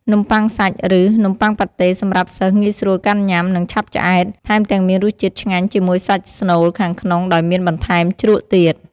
នំបុ័ងសាច់ ឫនំបុ័ងប៉ាតេ សម្រាប់សិស្សងាយស្រួលកាន់ញុាំ និងឆាប់ឆ្អែត ថែមទាំងមានរសជាតិឆ្ងាញ់ជាមួយសាច់ស្នូលខាងក្នុងដោយមានបន្ថែមជ្រក់ទៀត។